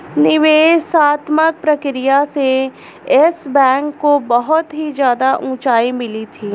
निवेशात्मक प्रक्रिया से येस बैंक को बहुत ही ज्यादा उंचाई मिली थी